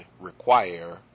require